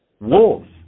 Wolves